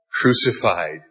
crucified